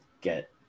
get